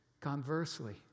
Conversely